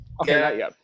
Okay